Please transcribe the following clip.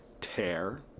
Tear